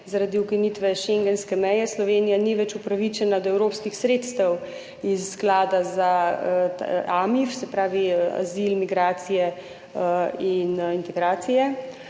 ukinitve schengenske meje Slovenija ni več upravičena do evropskih sredstev iz Sklada za AMIF, se pravi za azil, migracije in integracije,